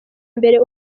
mbere